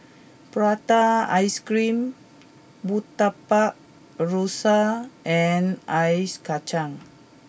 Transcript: Prata Ice Cream Murtabak Rusa and Ice Kacang